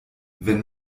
wenn